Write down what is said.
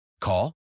Call